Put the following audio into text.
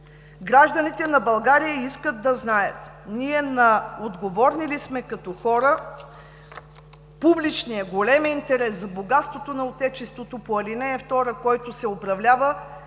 Гражданите на България искат да знаят: ние отговорни ли сме като хора? Публичният, големият интерес за богатството на отечеството по ал. 2, който се управлява,